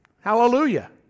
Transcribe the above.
Hallelujah